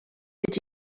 did